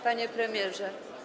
Panie Premierze!